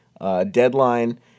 deadline